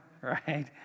Right